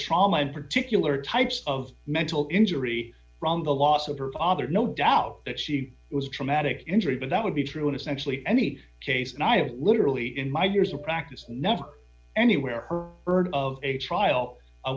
trauma in particular types of mental injury from the loss of her father no doubt that she was a traumatic injury but that would be true in essentially any case and i have literally in my years of practice never anywhere her ern of a trial